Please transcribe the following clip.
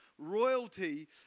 royalty